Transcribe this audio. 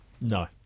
No